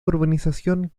urbanización